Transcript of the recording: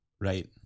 Right